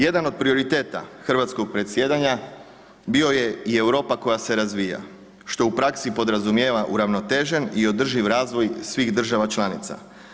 Jedan od prioriteta hrvatskog predsjedanja bio je i „Europa koja se razvija“, što u praksi podrazumijeva uravnotežen i održiv razvoj svih država članica.